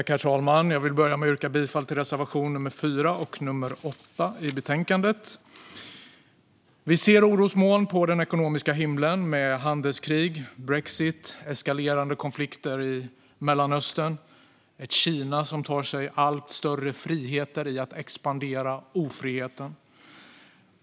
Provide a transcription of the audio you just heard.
Herr talman! Jag yrkar bifall till reservationerna 4 och 8 i betänkandet. Vi ser orosmoln på den ekonomiska himlen, med handelskrig, brexit, eskalerande konflikter i Mellanöstern och ett Kina som tar sig allt större friheter i att expandera ofriheten.